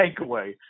takeaway